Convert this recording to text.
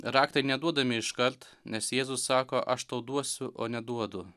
raktai neduodami iškart nes jėzus sako aš tau duosiu o ne duodu